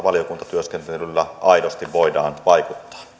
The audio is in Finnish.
tällä valiokuntatyöskentelyllä aidosti voidaan vaikuttaa